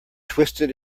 twisted